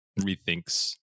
rethinks